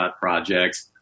projects